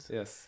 Yes